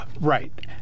Right